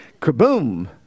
Kaboom